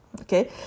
Okay